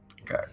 Okay